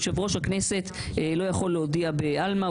יושב ראש הכנסת לא יכול להודיע בעלמא,